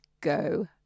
go